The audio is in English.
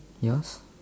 ya